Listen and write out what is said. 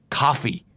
coffee